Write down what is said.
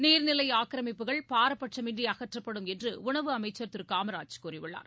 நீர்நிலைஆக்கிரமிப்புகள் பாரபட்சமின்றிஅகற்றப்படும் என்றுஉணவு அமைச்சர் திருகாமராஜ் கூறியுள்ளார்